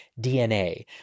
DNA